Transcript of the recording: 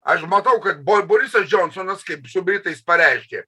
aš matau kad bo borisas džionsonas kaip su britais pareiškė